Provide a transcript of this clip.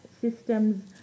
systems